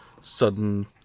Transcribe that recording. sudden